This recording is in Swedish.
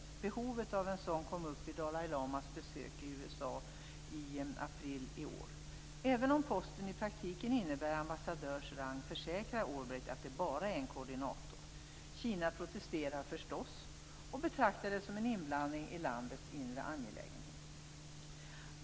Behovet av en sådan kom upp i samband med Dalai Lamas besök i USA i april i år. Även om posten i praktiken innebär en ambassadörs rang försäkrar Albright att det bara är en koordinator. Kina protesterar förstås och betraktar det som en inblandning i landets inre angelägenheter.